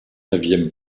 neuvième